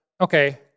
okay